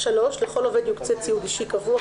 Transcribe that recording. (3)לכל עובד יוקצה ציוד אישי קבוע,